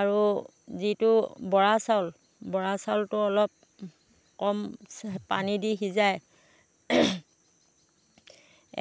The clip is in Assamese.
আৰু যিটো বৰা চাউল বৰা চাউলটো অলপ কম পানী দি সিঁজাই